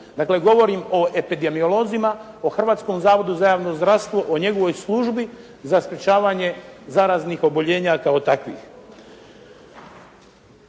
govorim o epidemiolozima, o Hrvatskom zavodu za javno zdravstvo, o njegovoj službi za sprečavanje zaraznih oboljenja kao takvih.